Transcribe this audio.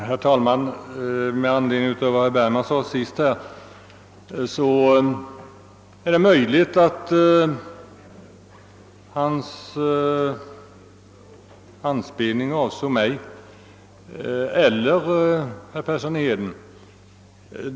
Herr talman! Det är möjligt att herr Bergman med sitt senaste uttalande anspelade på mig eller på herr Persson i Heden.